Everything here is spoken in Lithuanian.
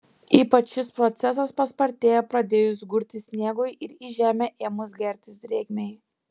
ypač šis procesas paspartėja pradėjus gurti sniegui ir į žemę ėmus gertis drėgmei